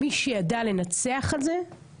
מי שידע לנצח על הכול זה ביטן.